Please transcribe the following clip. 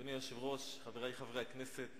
אדוני היושב-ראש, חברי חברי הכנסת,